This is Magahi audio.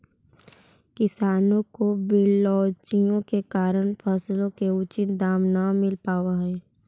किसानों को बिचौलियों के कारण फसलों के उचित दाम नहीं मिल पावअ हई